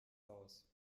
haus